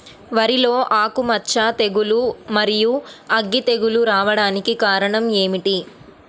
వరిలో ఆకుమచ్చ తెగులు, మరియు అగ్గి తెగులు రావడానికి కారణం ఏమిటి?